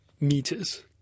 meters